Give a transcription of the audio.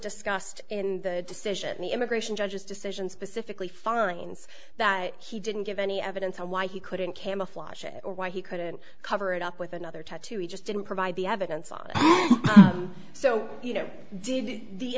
cost in the decision the immigration judge's decision specifically finds that he didn't give any evidence on why he couldn't camouflage it or why he couldn't cover it up with another tattoo he just didn't provide the evidence so you know the